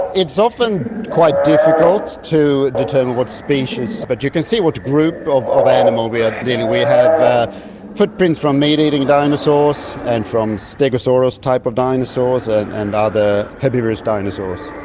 it's often quite difficult to determine what species, but you can see what group of of animal we are dealing with. we have footprints from meat eating dinosaurs and from stegosaurus type of dinosaurs ah and other herbivorous dinosaurs.